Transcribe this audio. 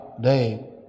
day